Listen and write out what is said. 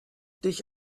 dich